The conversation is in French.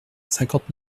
cinquante